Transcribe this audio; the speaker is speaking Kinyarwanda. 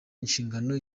ishingano